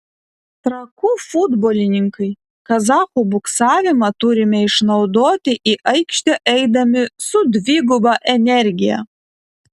trakų futbolininkai kazachų buksavimą turime išnaudoti į aikštę eidami su dviguba energija